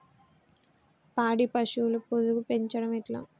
పాడి పశువుల పొదుగు పెంచడం ఎట్లా?